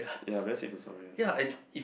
ya better safe than sorry ah